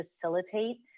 facilitate